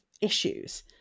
issues